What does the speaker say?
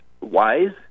wise